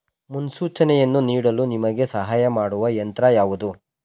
ಮುನ್ಸೂಚನೆಯನ್ನು ನೀಡಲು ನಿಮಗೆ ಸಹಾಯ ಮಾಡುವ ಯಂತ್ರ ಯಾವುದು?